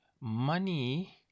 money